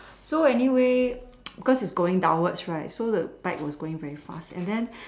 so anyway because it's going downwards right so the bike was going very fast and then